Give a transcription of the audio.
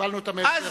קיבלנו את המסר.